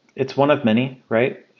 it's one of many, right?